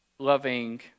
Loving